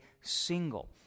single